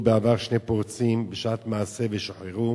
3. כמה עולים בדרגת רפ"ק?